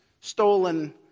stolen